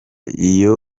iyo